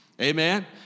Amen